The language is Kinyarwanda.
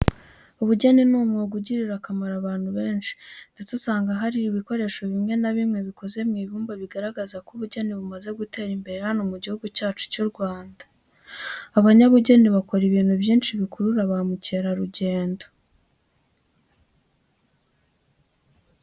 Ubugeni ni umwuga ugirira akamaro abantu benshi, ndetse usanga hari ibikoresho bimwe na bimwe bikoze mu ibumba bigaragaza ko ubugeni bumaze gutera imbere hano mu gihugu cyacu cy'u Rwanda. Abanyabugeni bakora ibintu byinshi bikurura ba mukerarugendo.